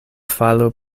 falo